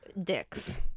dicks